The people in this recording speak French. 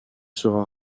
sera